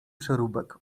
przeróbek